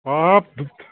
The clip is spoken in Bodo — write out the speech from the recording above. हाब